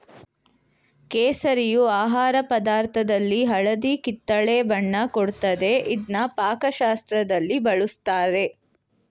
ಕೇಸರಿಯು ಆಹಾರ ಪದಾರ್ಥದಲ್ಲಿ ಹಳದಿ ಕಿತ್ತಳೆ ಬಣ್ಣ ಕೊಡ್ತದೆ ಇದ್ನ ಪಾಕಶಾಸ್ತ್ರದಲ್ಲಿ ಬಳುಸ್ತಾರೆ